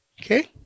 Okay